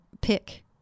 pick